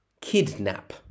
Kidnap